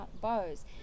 bows